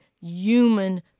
human